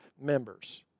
members